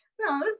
no